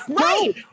Right